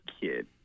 kid